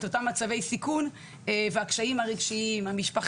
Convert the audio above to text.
אותם מצבי סיכון ואת הקשיים המשפחתיים,